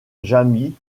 jamie